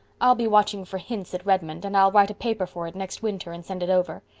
i'll be watching for hints at redmond and i'll write a paper for it next winter and send it over.